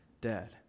dead